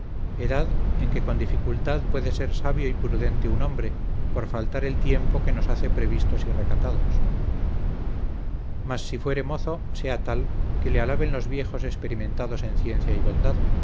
edad en que con dificultad puede ser sabio y prudente un hombre por faltar el tiempo que nos hace previstos y recatados mas si fuere mozo sea tal que le alaben los viejos experimentados en ciencia y bondad